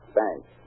Thanks